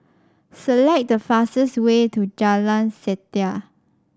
select the fastest way to Jalan Setia